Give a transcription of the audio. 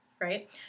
right